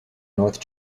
north